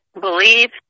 Believe